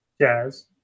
Jazz